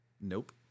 Nope